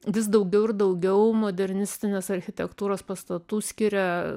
vis daugiau ir daugiau modernistinės architektūros pastatų skiria